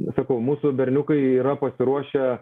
sakau mūsų berniukai yra pasiruošę